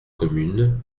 communes